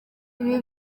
ibi